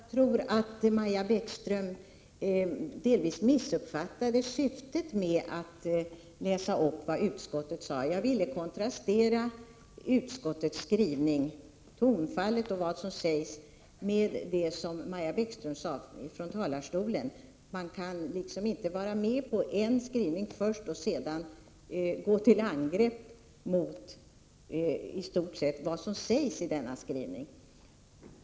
Herr talman! Jag tror att Maja Bäckström delvis missuppfattade syftet med att jag läste upp vad utskottet hade skrivit. Jag ville kontrastera utskottets skrivning, tonfallet och vad som sägs, med det som Maja Bäckström sade från talarstolen. Man kan ju inte först ansluta sig till en skrivning och sedan gå till angrepp mot vad som sägs i denna skrivning.